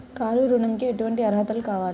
Car ఋణంకి ఎటువంటి అర్హతలు కావాలి?